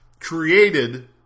Created